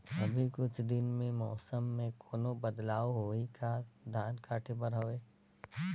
अभी कुछ दिन मे मौसम मे कोनो बदलाव होही का? धान काटे बर हवय?